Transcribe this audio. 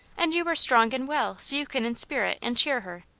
and you are strong and well. so you can in spirit and cheer her.